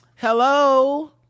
hello